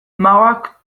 magoak